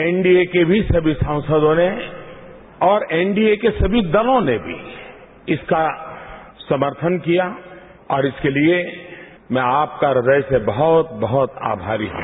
NDA के भी सभी सांसदो ने और एनडी ए के सभी दलों ने भी इसका समर्थन किया और इसके लिए मैं अपका हृदय से बहुत बहुत आभारी हूं